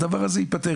הדבר הזה ייפתר.